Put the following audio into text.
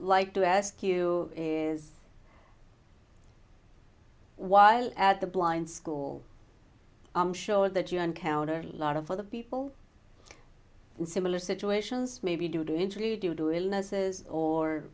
like to ask you is while at the blind school i'm sure that you encounter a lot of other people in similar situations maybe due to injury due to illnesses or